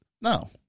No